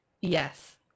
Yes